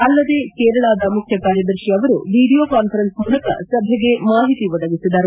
ಅಲ್ಲದೆ ಕೇರಳದ ಮುಖ್ಯ ಕಾರ್ಲದರ್ಶಿ ಅವರು ವೀಡಿಯೊ ಕಾನ್ಸರೆನ್ಸ್ ಮೂಲಕ ಸಭೆಗೆ ಮಾಹಿತಿ ಒದಗಿಸಿದರು